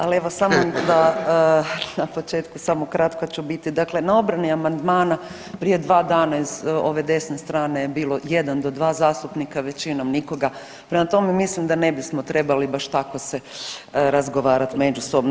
Ali, evo, samo da na početku samo kratko ću biti, dakle na obrani amandmana prije 2 dana iz ove desne strane je bilo jedan do dva zastupnika, većinom nikoga, prema tome, mislim da ne bismo trebali baš tako se razgovarati međusobno.